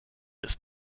ist